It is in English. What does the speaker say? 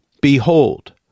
behold